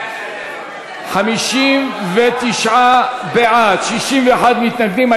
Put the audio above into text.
59 בעד, 61 מתנגדים.